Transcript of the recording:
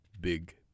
Big